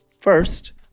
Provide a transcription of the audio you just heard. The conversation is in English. First